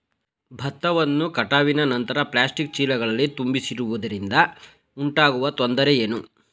ಭತ್ತವನ್ನು ಕಟಾವಿನ ನಂತರ ಪ್ಲಾಸ್ಟಿಕ್ ಚೀಲಗಳಲ್ಲಿ ತುಂಬಿಸಿಡುವುದರಿಂದ ಉಂಟಾಗುವ ತೊಂದರೆ ಏನು?